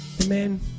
Amen